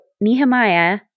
Nehemiah